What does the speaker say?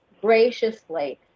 graciously